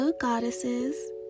goddesses